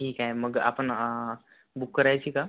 ठीक आहे मग आपण बुक करायची का